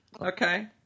Okay